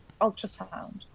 ultrasound